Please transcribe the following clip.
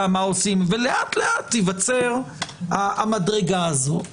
מה עושים ולאט-לאט תיווצר המדרגה הזאת.